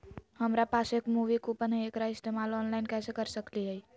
हमरा पास एक मूवी कूपन हई, एकरा इस्तेमाल ऑनलाइन कैसे कर सकली हई?